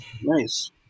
Nice